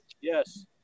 yes